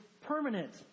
permanent